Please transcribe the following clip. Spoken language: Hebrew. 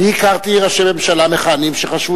אני הכרתי ראשי ממשלה מכהנים שחשבו